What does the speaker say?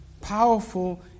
Powerful